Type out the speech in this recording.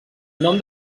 nom